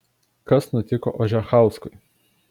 kas nutiko ožechauskui